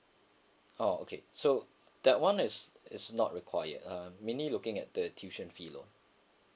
oh okay so that one is is not required I'm mainly looking at the tuition fee loan